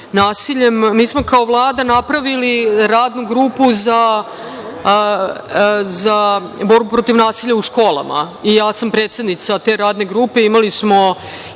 nasiljem. Mi smo kao Vlada napravili Radnu grupu za borbu protiv nasilja u školama i ja sam predsednica te Radne grupe. Imali smo